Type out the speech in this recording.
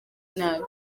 nabi